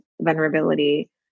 vulnerability